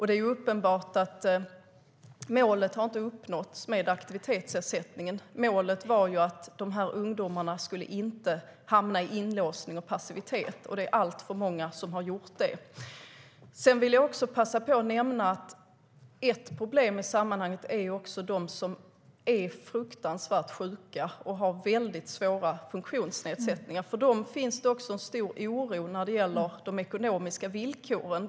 Det är uppenbart att målet med aktivitetsersättningen inte har uppnåtts. Målet var att dessa ungdomar inte skulle hamna i inlåsning och passivitet. Det är alltför många som har gjort det. Jag vill också passa på att nämna att ett problem i sammanhanget är de som är fruktansvärt sjuka och har väldigt svåra funktionsnedsättningar. För dem finns en stor oro när det gäller de ekonomiska villkoren.